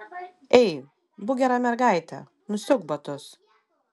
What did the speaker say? ei būk gera mergaitė nusiauk batus